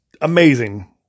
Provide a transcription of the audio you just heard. amazing